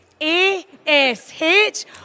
A-S-H